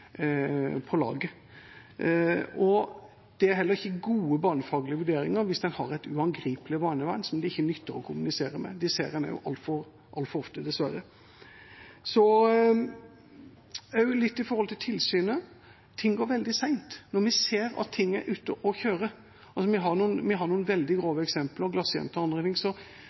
Det er heller ikke gode barnefaglige vurderinger hvis en har et uangripelig barnevern som det ikke nytter å kommunisere med. Det ser en dessverre altfor ofte. Når det gjelder tilsynet, går ting veldig sent. Når vi ser at ting er ute å kjøre – vi har noen veldig grove eksempler, «Glassjenta» og andre – går ofte tilsynsapparatet og